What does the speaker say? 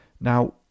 Now